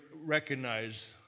recognize